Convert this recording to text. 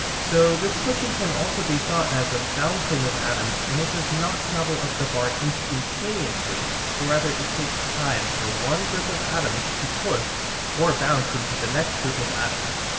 so this pushing can also be thought as a bouncing of atoms and it does not travel up the bar instantaneously but rather it takes time for one group of atoms to push or bounce into the next group of atoms.